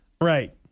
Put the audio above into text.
Right